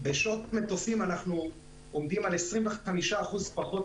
מטומטם פעם